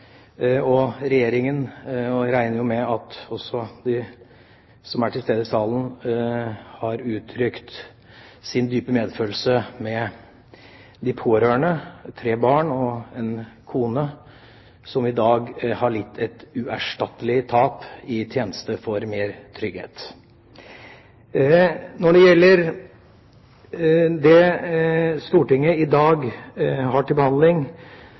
tjeneste. Regjeringa – jeg regner jo med også de som er til stede i salen – har uttrykt sin dype medfølelse med de pårørende, kone og tre barn, som i dag har lidt et uerstattelig tap, i tjeneste for mer trygghet. Når det gjelder det Stortinget i dag har til behandling,